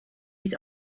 his